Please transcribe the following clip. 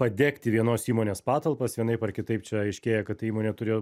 padegti vienos įmonės patalpas vienaip ar kitaip čia aiškėja kad ta įmonė turėjo